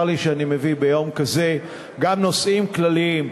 צר לי שאני מביא ביום כזה גם נושאים כלליים,